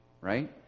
Right